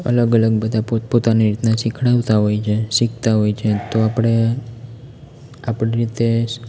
અલગ અલગ બધા પોત પોતાની રીતના શીખવાડતા હોય છે શિખતા હોય છે તો આપણે આપણી રીતે